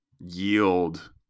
yield